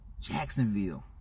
Jacksonville